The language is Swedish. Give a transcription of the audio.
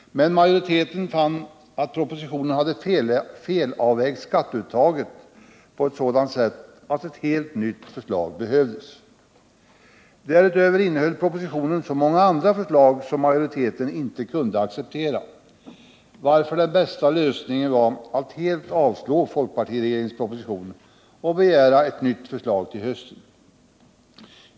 Men majoriteten fann att propositionen hade felavvägt skatteuttaget på ett sådant sätt att ett helt nytt förslag behövdes. Därutöver innehöll propositionen så många andra förslag som majoriteten inte kunde acceptera, varför den bästa lösningen var att helt avstyrka folkpartiregeringens proposition och begära ett nytt förslag till hösten.